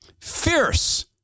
Fierce